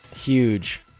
Huge